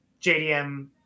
JDM